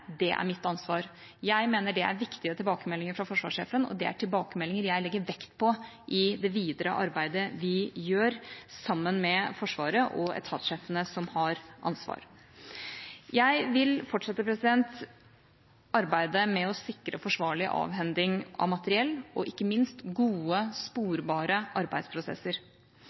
det er mitt ansvar.» Jeg mener det er viktige tilbakemeldinger fra forsvarssjefen, og det er tilbakemeldinger jeg legger vekt på i det videre arbeidet vi gjør, sammen med Forsvaret og etatssjefene som har ansvar. Jeg vil fortsette arbeidet med å sikre forsvarlig avhending av materiell og ikke minst gode, sporbare arbeidsprosesser.